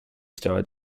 star